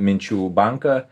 minčių banką